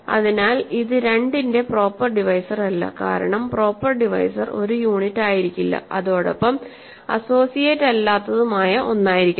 അതിനാൽ ഇത് 2 ന്റെ പ്രോപ്പർ ഡിവൈസർ അല്ലകാരണം പ്രോപ്പർ ഡിവൈസർ ഒരു യൂണിറ്റ് ആയിരിക്കില്ല അതോടൊപ്പം അസോസിയേറ്റ് അല്ലാത്തതുമായ ഒന്നായിരിക്കണം